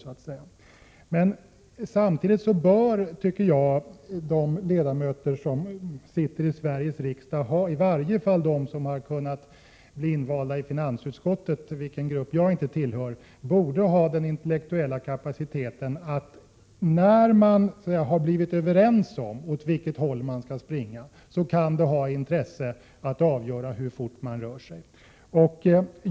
Samtidigt bör de ledamöter som sitter i Sveriges riksdag, i varje fall de som har blivit invalda i finansutskottet — en grupp som jag inte tillhör —, ha den intellektuella kapaciteten att de förmår diskutera såväl åt vilket håll de skall springa som hur fort de springer.